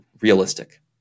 realistic